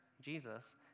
Jesus